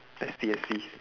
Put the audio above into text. I see I see